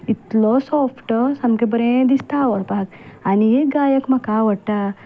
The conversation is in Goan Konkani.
इतलो सॉफ्ट सामकें बरें दिसता आवडपाक आनी एक गायक म्हाका आवडटा